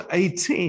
18